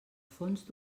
fons